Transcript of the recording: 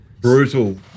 Brutal